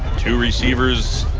two receivers